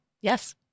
Yes